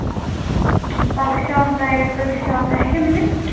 پَگاہ شام تام یا کٲلۍ کٮ۪تھ شام تام ہیٚکیٛاہ میٖلِتھ